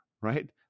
right